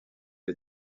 est